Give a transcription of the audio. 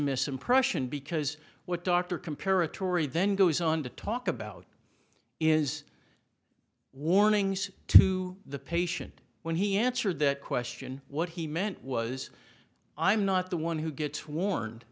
misimpression because what dr complera tory then goes on to talk about is warnings to the patient when he answered that question what he meant was i'm not the one who gets warned